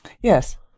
Yes